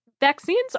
vaccines